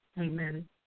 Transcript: amen